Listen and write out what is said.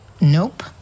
Nope